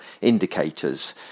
indicators